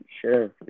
sure